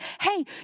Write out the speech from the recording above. hey